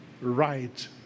right